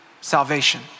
salvation